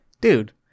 dude